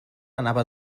anava